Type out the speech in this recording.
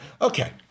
Okay